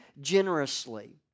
generously